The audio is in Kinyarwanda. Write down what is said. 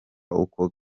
uko